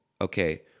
okay